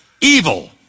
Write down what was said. evil